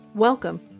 Welcome